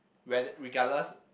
whether regardless